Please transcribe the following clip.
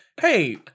hey